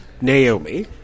Naomi